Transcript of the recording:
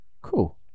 Cool